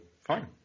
fine